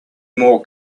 more